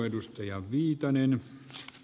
herra puhemies